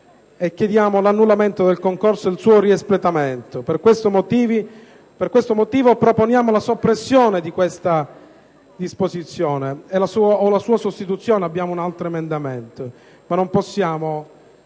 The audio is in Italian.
e chiede l'annullamento del concorso e il suo riespletamento. Per questo motivo proponiamo la soppressione di questa disposizione o la sua sostituzione, e al riguardo abbiamo un altro emendamento,